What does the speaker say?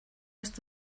ist